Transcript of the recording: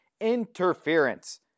Interference